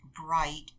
bright